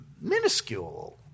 minuscule